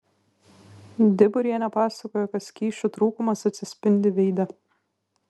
diburienė pasakojo kad skysčių trūkumas atsispindi veide